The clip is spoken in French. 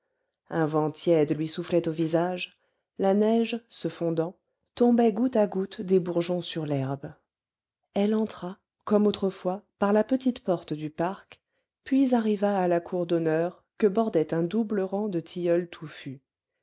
un vent tiède lui soufflait au visage la neige se fondant tombait goutte à goutte des bourgeons sur l'herbe elle entra comme autrefois par la petite porte du parc puis arriva à la cour d'honneur que bordait un double rang de tilleuls touffus